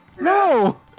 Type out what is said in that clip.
no